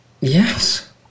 yes